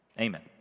Amen